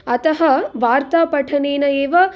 अतः वार्ता पठनेन एव